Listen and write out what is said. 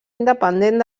independent